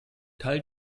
teil